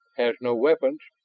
has no weapons,